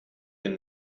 den